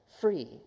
free